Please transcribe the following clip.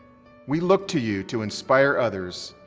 we look to you to inspire others,